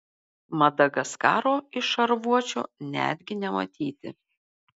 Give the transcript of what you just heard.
madagaskaro iš šarvuočio netgi nematyti